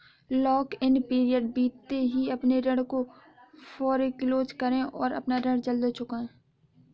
lock in period बीतते ही अपने ऋण को फोरेक्लोज करे और अपना ऋण जल्द चुकाए